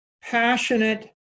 passionate